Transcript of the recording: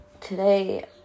today